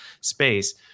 space